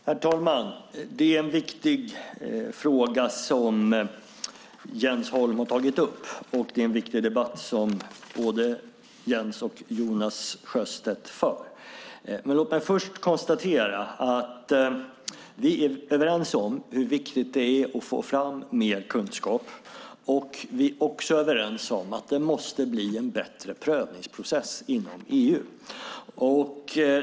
Herr talman! Det är en viktig fråga som Jens Holm har tagit upp, och det är en viktig debatt som både Jens Holm och Jonas Sjöstedt för. Låt mig först konstatera att vi är överens om hur viktigt det är att få fram mer kunskap. Vi är också överens om att det måste bli en bättre prövningsprocess inom EU.